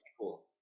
cool